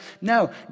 No